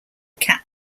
cat